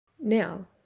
Now